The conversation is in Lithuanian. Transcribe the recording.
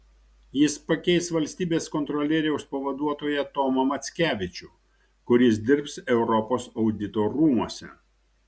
jis pakeis valstybės kontrolieriaus pavaduotoją tomą mackevičių kuris dirbs europos audito rūmuose